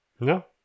No